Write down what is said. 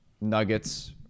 Nuggets